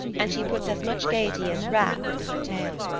and she puts as much gaiety as wrath into her tale.